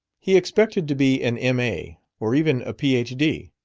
he expected to be an m a, or even a ph d.